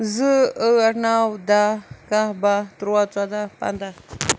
زٕ ٲٹھ نو دَہ کاہ باہ تُرواہ ژۄداہ پنٛداہ